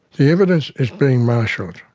the evidence is being marshalled.